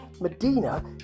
Medina